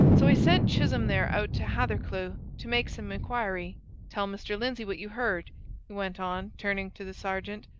so i sent chisholm there out to hathercleugh to make some inquiry tell mr. lindsey what you heard, he went on, turning to the sergeant.